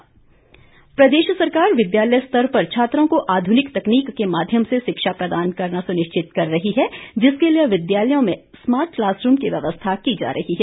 सुरेश भारद्वाज प्रदेश सरकार विद्यालय स्तर पर छात्रों को आधुनिक तकनीक के माध्यम से शिक्षा प्रदान करना सुनिश्चित कर रही है जिसके लिए विद्यालयों में स्मार्ट क्लासरूम की व्यवस्था की जा रही है